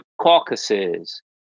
caucuses